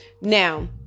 Now